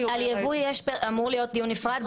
על יבוא אמור להיות דיון נפרד.